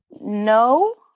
No